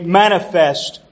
manifest